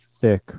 thick